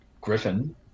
Griffin